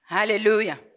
Hallelujah